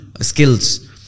skills